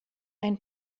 ein